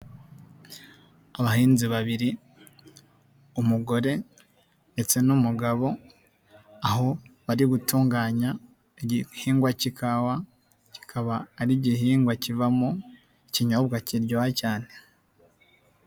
Abahinzi babiri, umugore ndetse n'umugabo, aho bari gutunganya igihingwa cy'ikawa, kikaba ari igihingwa kivamo ikinyobwa kiryoha cyane.